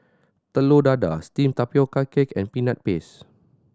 Telur Dadah steamed tapioca cake and Peanut Paste